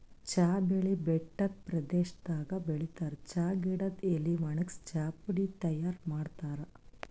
ಚಾ ಬೆಳಿ ಬೆಟ್ಟದ್ ಪ್ರದೇಶದಾಗ್ ಬೆಳಿತಾರ್ ಚಾ ಗಿಡದ್ ಎಲಿ ವಣಗ್ಸಿ ಚಾಪುಡಿ ತೈಯಾರ್ ಮಾಡ್ತಾರ್